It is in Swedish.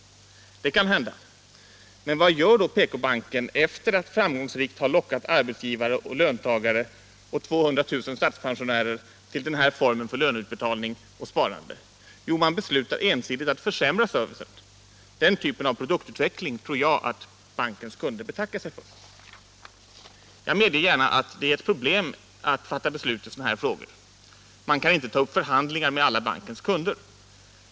Det kan hända. Men vad gör då PK-banken efter att framgångsrikt ha lockat arbetsgivare och löntagare till denna form av löneutbetalning och sparande? Jo, man beslutar ensidigt att försämra servicen. Den typen av produktutveckling tror jag att bankens kunder betackar sig för. Jag medger gärna att det är ett problem att fatta beslut i sådana här frågor. Man kan inte ta upp förhandlingar med alla bankens kunder.